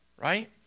right